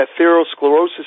atherosclerosis